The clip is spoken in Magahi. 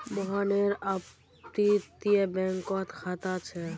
मोहनेर अपततीये बैंकोत खाता छे